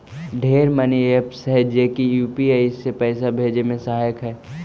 ढेर money apps हई जे की यू.पी.आई से पाइसा भेजे में सहायक हई